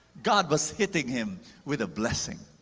god was hitting him with a blessing.